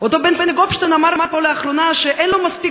אותו בנצי גופשטיין אמר פה לאחרונה שאין לו מספיק